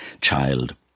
child